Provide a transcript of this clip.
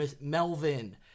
Melvin